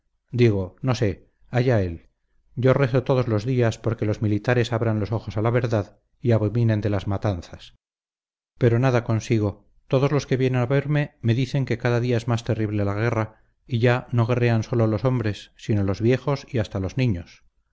digo no sé allá él yo rezo todos los días porque los militares abran los ojos a la verdad y abominen de las matanzas pero nada consigo todos los que vienen a verme me dicen que cada día es más terrible la guerra y ya no guerrean sólo los hombres sino los viejos y hasta los niños